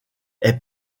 est